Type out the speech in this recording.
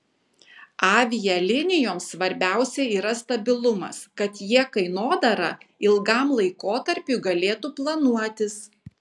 avialinijoms svarbiausia yra stabilumas kad jie kainodarą ilgam laikotarpiui galėtų planuotis